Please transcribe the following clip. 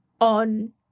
on